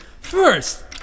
First